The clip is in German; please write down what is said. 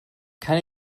kann